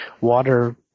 water